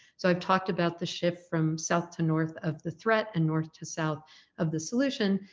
so i've talked about the shift from south to north of the threat and north to south of the solution,